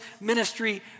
ministry